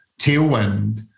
tailwind